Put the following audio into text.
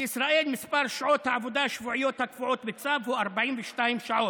בישראל מספר שעות העבודה השבועיות הקבועות בצו הוא 42 שעות,